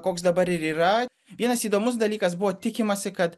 koks dabar ir yra vienas įdomus dalykas buvo tikimasi kad